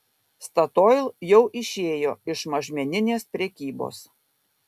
statoil jau išėjo iš mažmeninės prekybos